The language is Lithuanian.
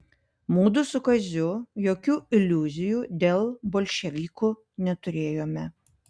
mudu su kaziu jokių iliuzijų dėl bolševikų neturėjome